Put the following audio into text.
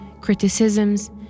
criticisms